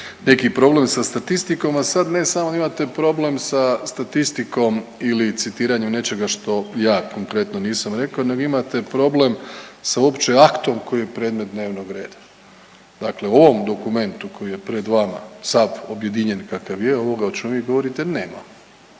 neki problem sa statistikom, a ne sad ne samo da imate problem sa statistikom ili citiranjem nečega što ja konkretno nisam rekao nego imate problem sa uopće aktom koji je predmet dnevnog reda. Dakle, u ovom dokumentu koji je pred vama sad objedinjen kakav je ovoga o čemu vi govorite nema,